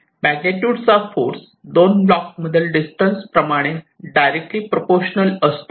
magnitude चा force दोन blocks मधले डिस्टन्स प्रमाणे डायरेक्टलिं प्रपोशनल असतो